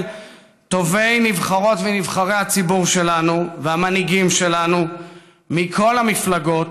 טובי נבחרות ונבחרי הציבור שלנו והמנהיגים שלנו מכל המפלגות,